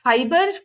Fiber